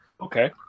Okay